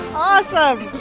awesome.